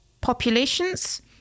populations